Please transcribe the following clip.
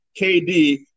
KD